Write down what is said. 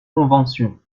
convention